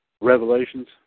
Revelations